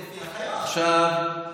עכשיו,